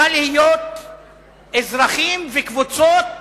צריכה להיות אזרחים וקבוצות,